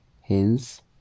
hence